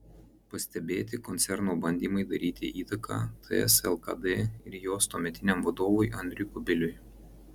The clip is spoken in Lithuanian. pastebėti koncerno bandymai daryti įtaką ts lkd ir jos tuometiniam vadovui andriui kubiliui